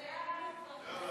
ההצעה